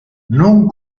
non